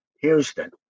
Houston